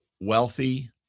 wealthy